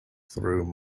through